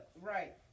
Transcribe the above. Right